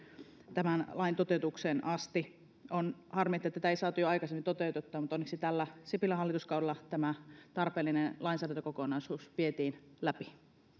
tämän lain toteutukseen asti on harmi että tätä ei saatu jo aikaisemmin toteutettua mutta onneksi tällä sipilän hallituskaudella tämä tarpeellinen lainsäädäntökokonaisuus vietiin läpi